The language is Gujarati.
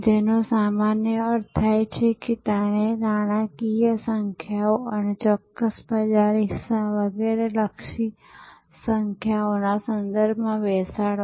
જેનો સામાન્ય અર્થ થાય છે તેને નાણાકીય સંખ્યાઓ અને ચોક્કસ બજાર હિસ્સા વગેરે લક્ષી સંખ્યાઓના સંદર્ભમાં બેસાડવો